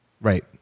Right